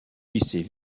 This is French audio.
lycée